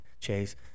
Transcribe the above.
Chase